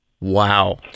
Wow